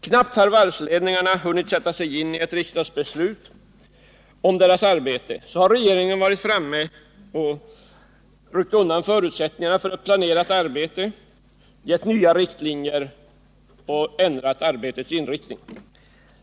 Knappt har varvsledningarna hunnit sätta sig in i ett riksdagsbeslut om deras arbete så har regeringen varit framme och ryckt undan förutsättningarna för ett planerat arbete, gett nya riktlinjer och ändrat arbetets inriktning.